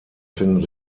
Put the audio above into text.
finden